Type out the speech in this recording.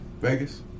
Vegas